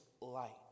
light